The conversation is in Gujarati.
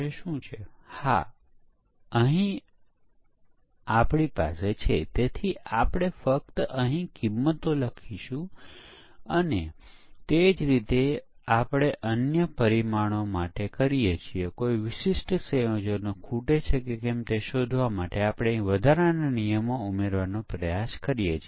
બીજી બાજુ જો ભૂલ જો મેં યુનિટ પરીક્ષણ કર્યું હોય તો ત્યારે આપણે તેમાં બગને અવલોકન કરીએ છીએ ત્યારે આપણી પાસે જોવા માટેનો કોડ ખૂબ જ નાનો હોઈ શકે છે અને આપણે ભૂલને સરળતાથી ઓળખી શકીએ છીયે